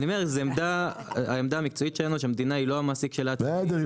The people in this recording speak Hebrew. העמדה המקצועית שלנו היא שהמדינה היא לא המעסיק --- בסדר,